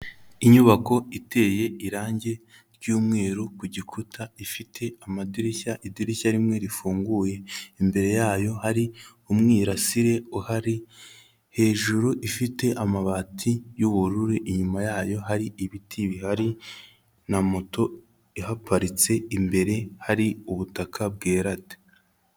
Inyubako iteye irangi ry'umweru ku gikuta ifite amadirishya, idirishya rimwe rifunguye, imbere yayo hari umwirasire uhari, hejuru ifite amabati y'ubururu, inyuma yayo hari ibiti bihari na moto ihaparitse, imbere hari ubutaka bwera de.